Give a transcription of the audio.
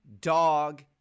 dog